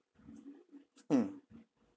mm